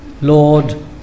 Lord